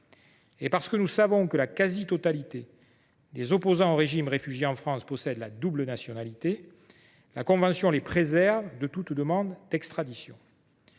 parce que nous savons que la quasi totalité des opposants au régime qui sont réfugiés en France possèdent la double nationalité, la convention les préserve de toute demande d’extradition.